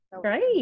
great